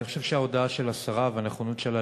אני חושב שההודעה של השרה והנכונות שלה